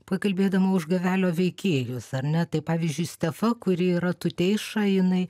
pakalbėdama už gavelio veikėjus ar ne tai pavyzdžiui stefa kuri yra tuteiša jinai